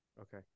Okay